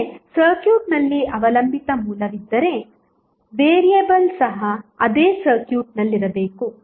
ಅಂದರೆ ಸರ್ಕ್ಯೂಟ್ನಲ್ಲಿ ಅವಲಂಬಿತ ಮೂಲವಿದ್ದರೆ ವೇರಿಯೇಬಲ್ ಸಹ ಅದೇ ಸರ್ಕ್ಯೂಟ್ನಲ್ಲಿರಬೇಕು